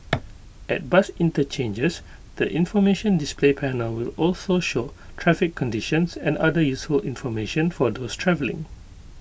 at bus interchanges the information display panel will also show traffic conditions and other useful information for those travelling